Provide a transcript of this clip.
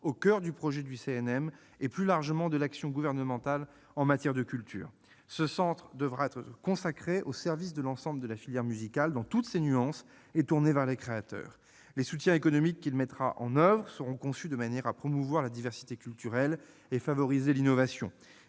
au coeur du projet du CNM et, plus largement, de l'action gouvernementale en matière de culture. Ce centre devra être consacré au service de l'ensemble de la filière musicale dans toutes ses nuances et tourné vers les créateurs. Les soutiens économiques qu'il mettra en oeuvre seront conçus de manière à promouvoir la diversité culturelle et à favoriser l'innovation.